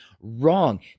wrong